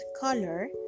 color